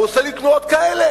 והוא עושה לי תנועות כאלה.